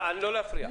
לא להפריע.